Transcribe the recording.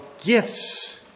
gifts